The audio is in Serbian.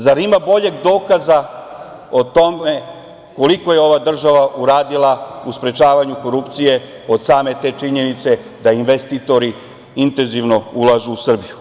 Zar ima boljeg dokaza o tome koliko je ova država uradila u sprečavanju korupcije od same te činjenice da investitori intenzivno ulažu u Srbiju?